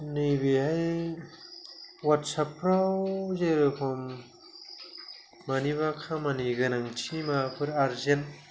नैबेहाय अवाटसएपफ्रा जेरेखम मानिबा खामानि गोनांथि माबाफोर आरजेन्ट